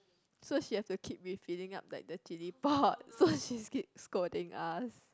so she had to keep refilling up like the chilli pot so she keep scolding us